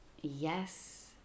Yes